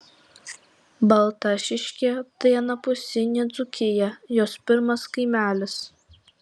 baltašiškė tai anapusinė dzūkija jos pirmas kaimelis